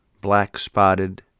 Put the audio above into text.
black-spotted